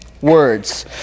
words